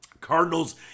Cardinals